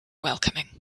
welcoming